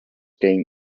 game